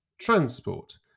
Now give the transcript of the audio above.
transport